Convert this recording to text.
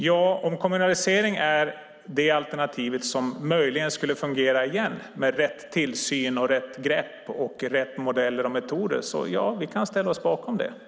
Ja, om kommunalisering är det alternativ som möjligen skulle fungera igen med rätt tillsyn och rätt grepp och rätt modeller och metoder kan vi ställa oss bakom det.